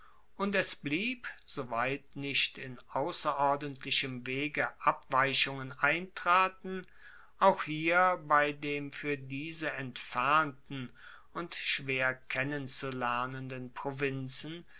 und es blieb soweit nicht in ausserordentlichem wege abweichungen eintraten auch hier bei dem fuer diese entfernten und schwer kennenzulernenden provinzen